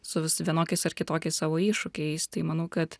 su vienokiais ar kitokiais savo iššūkiais tai manau kad